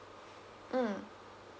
mm